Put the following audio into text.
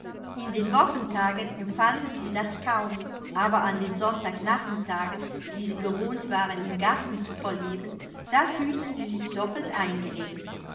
in den wochentagen empfanden sie das kaum aber an den sonntagnachmittagen die sie gewohnt waren im garten zu verleben da fühlten sie sich doppelt eingeengt